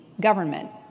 government